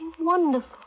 wonderful